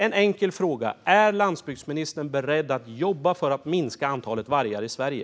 En enkel fråga: Är landsbygdsministern beredd att jobba för att minska antalet vargar i Sverige?